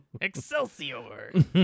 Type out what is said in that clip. Excelsior